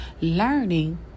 learning